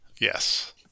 yes